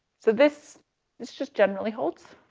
so this this just generally holds.